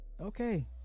Okay